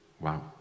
Wow